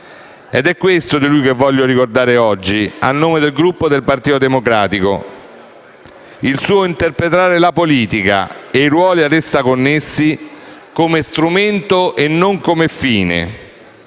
questo di lui che voglio ricordare oggi a nome del Gruppo del Partito Democratico. Il suo interpretare la politica e i ruoli a essa connessi come strumento e non come fine,